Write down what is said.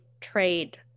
Trade